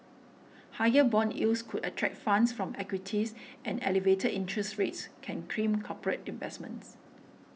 higher bond yields could attract funds from equities and elevated interest rates can crimp corporate investments